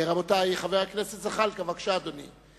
ֹ רבותי, חבר הכנסת זחאלקה, בבקשה, אדוני.